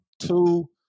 two